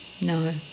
No